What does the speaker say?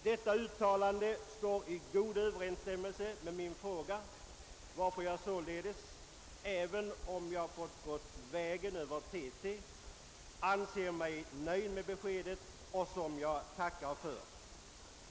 Detta uttalande står i god överensstämmelse med min fråga varför jag Ssåledes — även om jag fått gå vägen över TT — anser mig nöjd med beskedet, som jag tackar för.